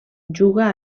juga